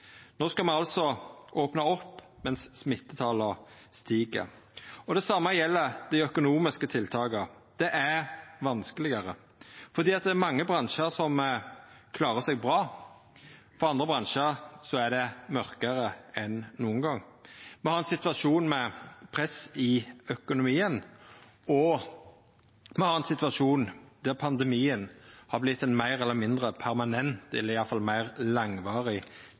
skal me opna opp medan smittetala stig. Det same gjeld dei økonomiske tiltaka. Det er vanskelegare. Det er mange bransjar som klarer seg bra. For andre bransjar er det mørkare enn nokon gong. Me har ein situasjon med press i økonomien, og me har ein situasjon der pandemien har vorte ein meir eller mindre permanent eller iallfall meir langvarig